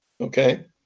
okay